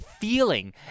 feeling